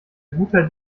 guter